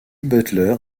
butler